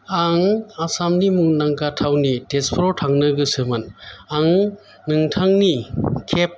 आं आसामनि मुंदांखा थावनि तेजपुराव थांनो गोसोमोन आं नोंथांनि खेब